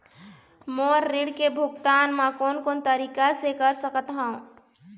मोर ऋण के भुगतान म कोन कोन तरीका से कर सकत हव?